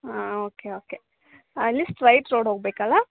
ಹಾಂ okay okay ಅಲ್ಲಿ straight road ಹೋಗಬೇಕಲ್ಲ